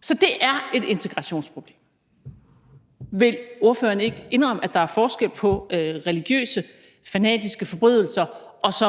Så det er et integrationsproblem. Vil ordføreren ikke indrømme, at der er forskel på religiøse, fanatiske forbrydelser og så